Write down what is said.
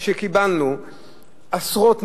שקיבלנו עשרות,